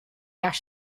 ash